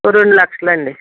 రెండు లక్షలండి